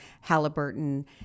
Halliburton